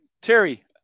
Terry